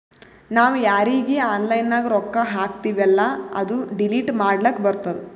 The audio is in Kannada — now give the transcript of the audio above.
ನಾವ್ ಯಾರೀಗಿ ಆನ್ಲೈನ್ನಾಗ್ ರೊಕ್ಕಾ ಹಾಕ್ತಿವೆಲ್ಲಾ ಅದು ಡಿಲೀಟ್ ಮಾಡ್ಲಕ್ ಬರ್ತುದ್